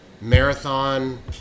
Marathon